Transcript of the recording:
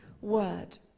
Word